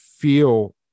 Feel